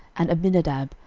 and abinadab,